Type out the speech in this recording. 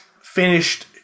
finished